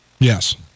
Yes